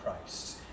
Christ